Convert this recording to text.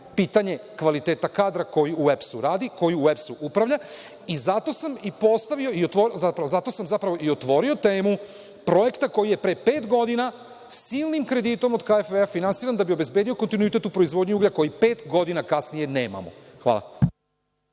pitanje kvaliteta kadra koji u EPS radi, koji u EPS upravlja. Zato sam i postavio i zato sam zapravo otvorio temu projekta koji je pre pet godina silnim kreditom KfW finansiran da bi obezbedio kontinuitet u proizvodnji uglja, koji pet godina kasnije nemamo. Hvala.